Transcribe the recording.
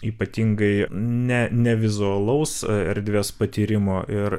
ypatingai ne ne vizualaus erdvės patyrimo ir